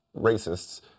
racists